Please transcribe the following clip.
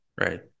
Right